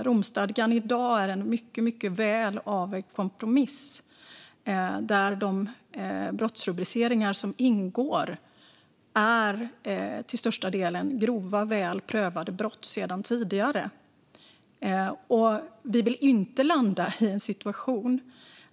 Romstadgan är i dag en mycket väl avvägd kompromiss där de brottsrubriceringar som ingår till största delen är grova, sedan tidigare väl prövade brott.